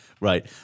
right